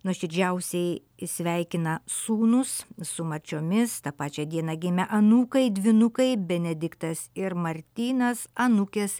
nuoširdžiausiai sveikina sūnūs su marčiomis tą pačią dieną gimę anūkai dvynukai benediktas ir martynas anūkės